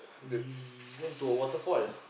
we went to a waterfall